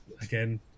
again